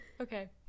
Okay